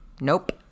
Nope